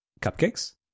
Cupcakes